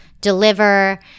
deliver